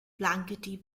blankety